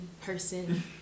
person